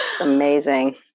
Amazing